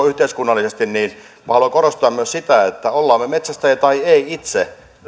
yhteiskunnallisesti niin minä haluan korostaa myös sitä että olemme me metsästäjiä tai emme itse